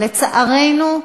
לצערנו,